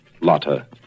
Lotta